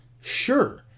sure